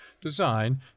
design